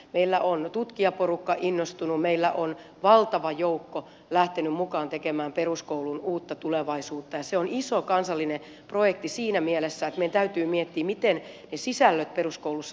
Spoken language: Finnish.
meillä on tutkijaporukka innostunut meillä on valtava joukko lähtenyt mukaan tekemään peruskouluun uutta tulevaisuutta ja se on iso kansallinen projekti siinä mielessä että meidän täytyy miettiä miten ne sisällöt peruskoulussa suunnataan